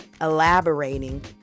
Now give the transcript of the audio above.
elaborating